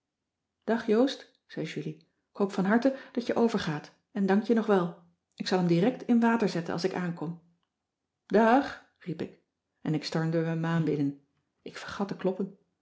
dag joost zei julie k hoop van harte dat je overgaat en dank je nog wel ik zal hem direct in water zetten als ik aankom dààg riep ik en ik stormde bij ma binnen ik vergat te kloppen